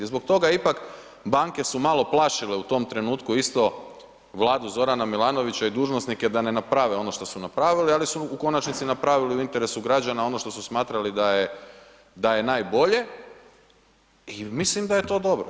I zbog toga ipak, banke su malo plašile u tom trenutku isto vladu Zorana Milanovića i dužnosnike da ne naprave ono što su napravili, ali su u konačnici napravili u interesu građana ono što su smatrali da je najbolje i mislim da je to dobro.